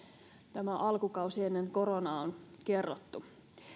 tämä alkukausi ennen koronaa on kerrottu